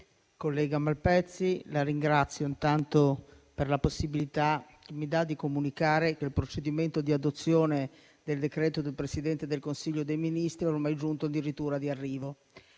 collega Malpezzi per la possibilità che mi offre di comunicare che il procedimento di adozione del decreto del Presidente del Consiglio dei ministri è ormai giunto in dirittura d'arrivo.